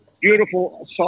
beautiful